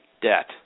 debt